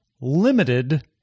limited